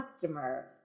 customer